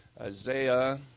Isaiah